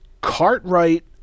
Cartwright